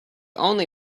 only